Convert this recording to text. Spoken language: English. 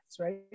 right